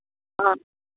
हाँ